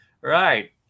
right